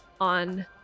on